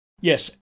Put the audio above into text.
Yes